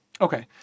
Okay